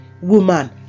woman